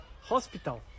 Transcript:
Hospital